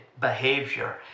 behavior